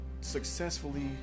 successfully